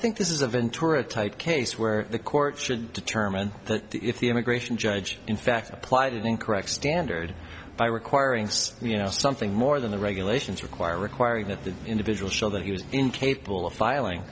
think this is a ventura type case where the court should determine if the immigration judge in fact applied an incorrect standard by requiring you know something more than the regulations require requiring that the individual show that he was incapable of filing